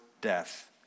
death